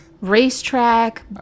racetrack